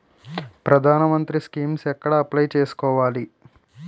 ప్రధాన మంత్రి స్కీమ్స్ ఎక్కడ అప్లయ్ చేసుకోవాలి?